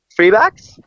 Freebacks